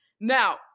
Now